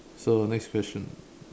so next question